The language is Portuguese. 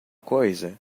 coisa